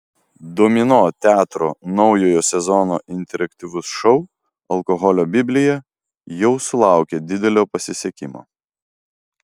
domino teatro naujojo sezono interaktyvus šou alkoholio biblija jau sulaukė didelio pasisekimo